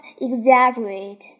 exaggerate